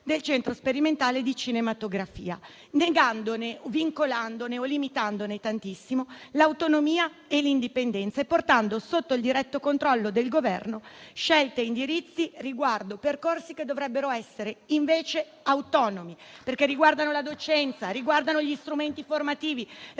a toccare anche quella del CSC, negandone, vincolandone o limitandone tantissimo l'autonomia e l'indipendenza e portando sotto il diretto controllo del Governo scelte e indirizzi riguanti percorsi che dovrebbero essere invece autonomi, perché riferiti alla docenza, agli strumenti formativi